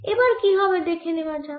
এবার কি হবে দেখে নেওয়া যাক